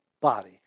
body